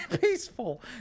peaceful